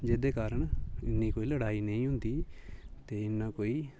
जेह्दे कारण इन्नी कोई लड़ाई नेईं होंदी ते इन्ना कोई